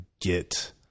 get